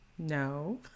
No